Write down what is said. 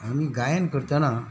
आमी गायन करतना